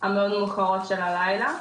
המאוד מאוחרות של הלילה.